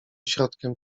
środkiem